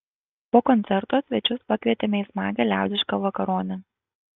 po koncerto svečius pakvietėme į smagią liaudišką vakaronę